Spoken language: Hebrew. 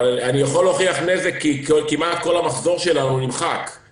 אבל אני יכול להוכיח נזק כי כמעט כל המחזור שלנו נמחק,